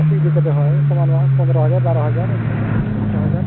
ᱠᱟᱹᱥᱤ ᱤᱫᱤ ᱠᱟᱛᱮᱫ ᱦᱳᱭ ᱥᱚᱢᱟᱱᱚᱜᱼᱟ ᱯᱚᱱᱨᱚ ᱦᱟᱡᱟᱨ ᱵᱟᱨᱚ ᱦᱟᱡᱟᱨ ᱚᱱᱠᱟ ᱥᱚᱛᱨᱚ ᱦᱟᱡᱟᱨ